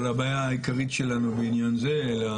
אבל הבעיה העיקרית שלנו בעניין זה אלה